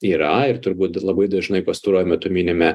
yra ir turbūt labai dažnai pastaruoju metu minime